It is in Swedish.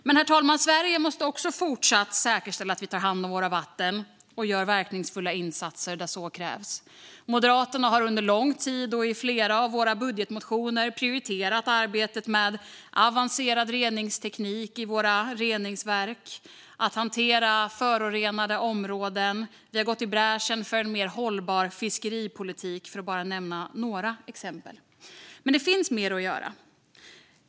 Men, herr talman, också vi i Sverige måste fortsätta säkerställa att vi tar hand om våra vatten och gör verkningsfulla insatser där så krävs. Moderaterna har under lång tid och i flera av sina budgetmotioner prioriterat arbetet med avancerad reningsteknik i våra reningsverk och med att hantera förorenade områden. Vi har också gått i bräschen för en mer hållbar fiskeripolitik, för att nämna bara några exempel. Men det finns mer att göra.